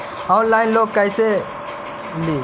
Online loan कैसे ली?